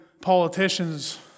politicians